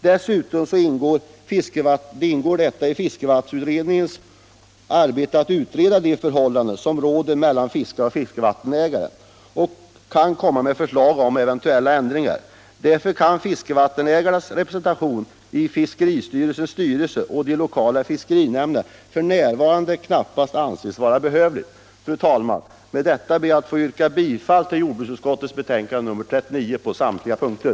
Dessutom ingår det i fiskevattenutredningens arbete att utreda de förhållanden som råder mellan fiskare och fiskevattenägare och framlägga förslag om eventuella ändringar. Därför kan fiskevattenägarnas representation i fiskeristyrelsens styrelse och de lokala fiskerinämnderna f. n. knappast anses behövlig. Fru talman! Med detta ber jag att få yrka bifall till utskottets hemställan på samtliga punkter.